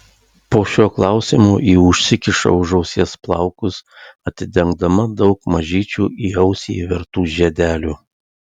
po šio klausimo ji užsikiša už ausies plaukus atidengdama daug mažyčių į ausį įvertų žiedelių